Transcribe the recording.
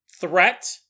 threat